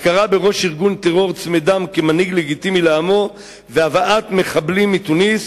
הכרה בראש ארגון טרור צמא דם כמנהיג לגיטימי לעמו והבאת מחבלים מתוניס,